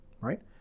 right